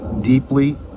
deeply